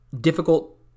difficult